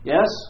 Yes